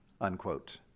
unquote